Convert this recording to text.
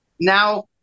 Now